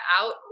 out